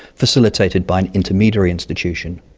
facilitated by an intermediary institution.